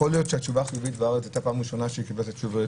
שהתשובה החיובית בארץ הייתה הפעם הראשונה שהיא קיבלה חיובית?